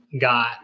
got